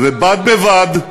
ובד בבד,